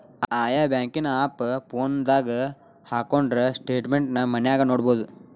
ಆಯಾ ಬ್ಯಾಂಕಿನ್ ಆಪ್ ಫೋನದಾಗ ಹಕ್ಕೊಂಡ್ರ ಸ್ಟೆಟ್ಮೆನ್ಟ್ ನ ಮನ್ಯಾಗ ನೊಡ್ಬೊದು